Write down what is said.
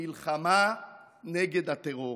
המלחמה נגד הטרור